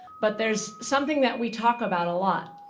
but there's something that we talk about a lot.